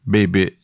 Baby